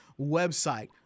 website